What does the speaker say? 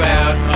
out